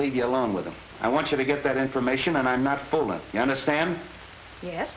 leave you alone with him i want you to get that information and i'm not fully understand ye